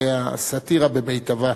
זה סאטירה במיטבה.